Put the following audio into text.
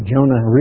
Jonah